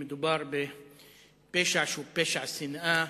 מדובר בפשע שהוא פשע שנאה.